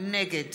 נגד